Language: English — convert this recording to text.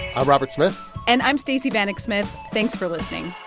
i'm robert smith and i'm stacey vanek smith. thanks for listening